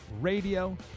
Radio